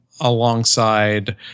alongside